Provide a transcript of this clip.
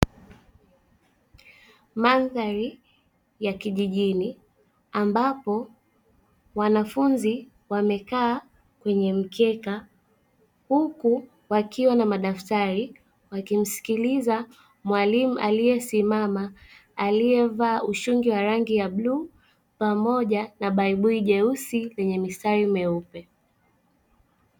Mandhari ya kijijini ambapo wanafunzi wamekaa kwenye mkeka, huku wakiwa na madaftari wakimsikiliza mwalimu aliyesimama, aliyevaa ushungi wa rangi ya bluu pamoja na baibui jeusi lenye mistari meupe.